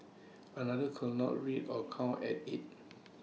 another could not read or count at eight